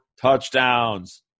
touchdowns